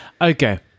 Okay